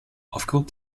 aufgrund